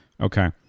Okay